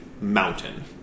mountain